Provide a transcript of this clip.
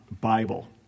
Bible